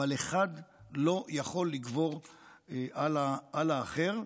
אבל אחד לא יכול לגבור על האחר,